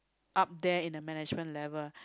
up there in the management level